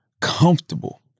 comfortable